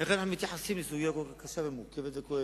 איך אנחנו מתייחסים לסוגיה כל כך קשה ומורכבת וכואבת,